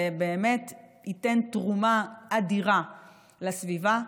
ובאמת ייתן תרומה אדירה לסביבה,